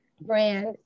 brand